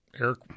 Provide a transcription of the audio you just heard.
Eric